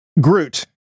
Groot